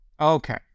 Okay